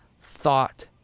thought